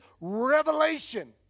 revelation